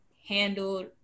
handled